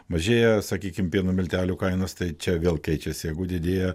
mažėja sakykim pieno miltelių kainos tai čia vėl keičiasi jeigu didėja